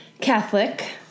Catholic